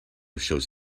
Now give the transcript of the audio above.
shows